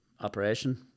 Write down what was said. operation